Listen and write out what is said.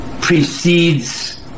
precedes